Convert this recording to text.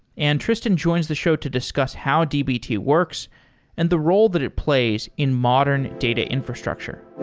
and tristan joins the show to discuss how dbt works and the role that it plays in modern data infrastructure.